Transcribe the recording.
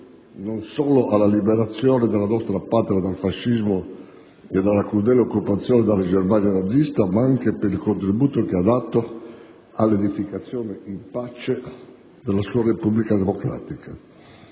non solo per la liberazione della nostra Patria dal fascismo e dalla crudele occupazione della Germania nazista, ma anche per l'edificazione in pace della sua Repubblica democratica,